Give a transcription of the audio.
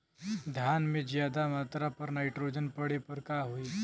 धान में ज्यादा मात्रा पर नाइट्रोजन पड़े पर का होई?